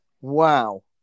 Wow